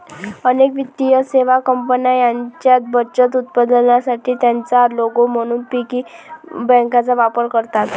अनेक वित्तीय सेवा कंपन्या त्यांच्या बचत उत्पादनांसाठी त्यांचा लोगो म्हणून पिगी बँकांचा वापर करतात